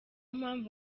mpamvu